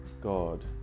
God